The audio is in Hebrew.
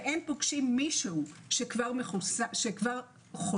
ופוגשים מישהו שכבר חולה,